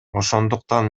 ошондуктан